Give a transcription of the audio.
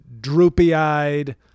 droopy-eyed